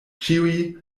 ĉiuj